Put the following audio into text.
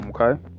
Okay